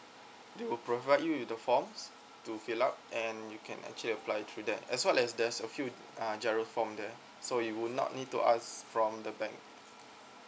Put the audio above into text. they will provide you with the forms to fill up and you can actually apply through that as well as there's a few uh giro form there so you would not need to ask from the bank